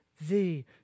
thee